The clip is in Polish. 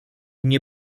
nie